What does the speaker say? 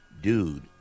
dude